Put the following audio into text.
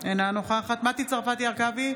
אינה נוכחת מטי צרפתי הרכבי,